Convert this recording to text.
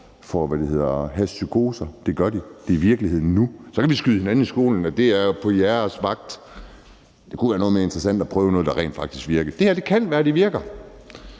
får hashpsykoser; det gør de. Det er virkeligheden nu. Så kan vi skyde hinanden i skoene, at det er på modpartens vagt. Det kunne være noget mere interessant at prøve noget, der rent faktisk virkede. Det kan være, at det her